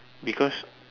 because